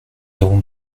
avons